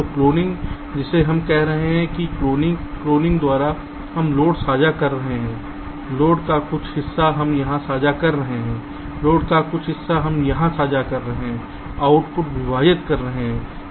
तो क्लोनिंग जिसे हम कह रहे हैं कि क्लोनिंग क्लोनिंग द्वारा हम लोड साझा कर रहे हैं लोड का कुछ हिस्सा हम यहाँ साझा कर रहे हैं लोड का कुछ हिस्सा हम यहाँ साझा कर रहे हैं आउटपुट विभाजित कर रहे हैं